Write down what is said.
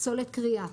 פסולת כרייה,